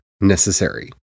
necessary